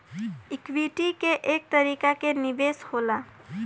equity एक तरीका के निवेश होला